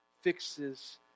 fixes